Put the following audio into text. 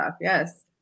yes